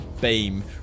Beam